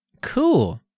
cool